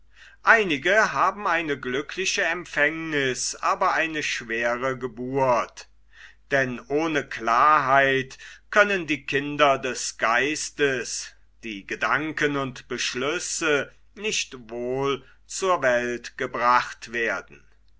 einige haben eine glückliche empfängniß aber eine schwere geburt denn ohne klarheit können die kinder des geistes die gedanken und beschlüsse nicht wohl zur welt gebracht werden